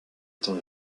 étant